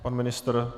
Pan ministr?